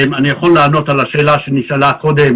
אני יכול לענות על השאלה שנשאלה קודם